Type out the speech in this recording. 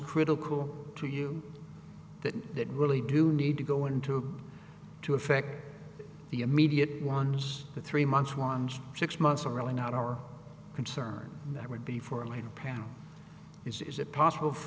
critical to you that that really do need to go into to affect the immediate once the three months ones six months are really not our concern and that would be for a later panel is it possible